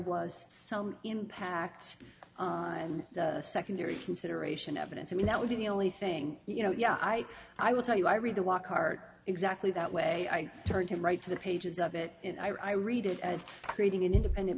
was some impact and secondary consideration evidence i mean that would be the only thing you know yeah i i will tell you i read the wockhardt exactly that way i turned him right to the pages of it and i read it as creating an independent